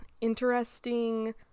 interesting